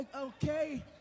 Okay